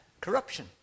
corruption